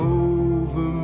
over